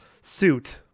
suit